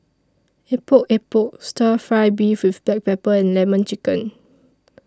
Epok Epok Stir Fry Beef with Black Pepper and Lemon Chicken